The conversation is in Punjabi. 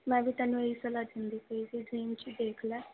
ਮੈਂ ਵੀ ਤੈਨੂੰ ਇਹੀ ਸਲਾਹ ਦਿੰਦੀ ਸੀ ਕਿ ਡਰੀਮ 'ਚ ਦੇਖ ਲੈ